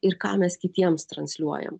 ir ką mes kitiems transliuojam